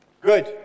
Good